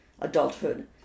adulthood